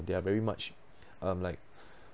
they are very much um like